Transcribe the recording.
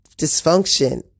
dysfunction